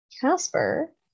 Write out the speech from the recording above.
Casper